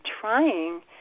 trying